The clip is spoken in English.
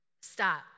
stop